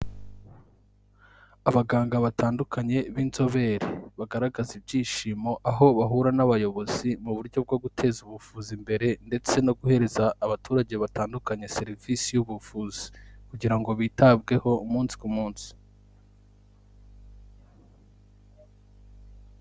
Abaganga batandukanye b'inzobere bagaragaza ibyishimo aho bahura n'abayobozi mu buryo bwo guteza ubuvuzi imbere ndetse no guhereza abaturage batandukanye serivisi y'ubuvuzi kugira ngo bitabweho umunsi ku munsi.